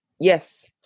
yes